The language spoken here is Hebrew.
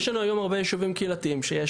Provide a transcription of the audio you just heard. יש לנו היום הרבה ישובים קהילתיים שיש